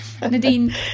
Nadine